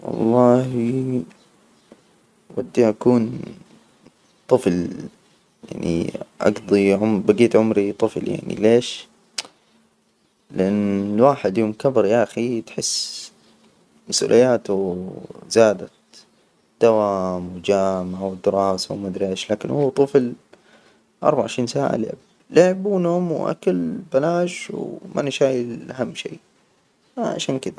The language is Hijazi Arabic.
والله ودي أكون طفل، يعني أجضي بجية عمري طفل، يعني ليش؟ لأن الواحد يوم كبر يا أخي تحس مسؤولياته زادت دوام وجامع ودراسة وما أدري إيش، لكن هو طفل اربعة وعشرين ساعة لعب، لعب ونوم وأكل بلاش، وماني شايل أهم شي عشان كده.